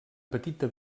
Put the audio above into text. petita